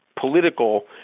political